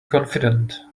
confident